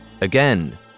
Again